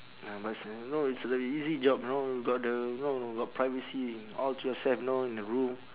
uh but it's a know it's a easy job know got the know got privacy all to yourself know in the room